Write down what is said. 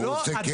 הוא עושה: